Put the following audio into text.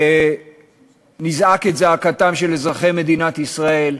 באופוזיציה ונזעק את זעקתם של אזרחי מדינת ישראל,